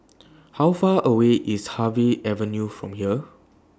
How Far away IS Harvey Avenue from here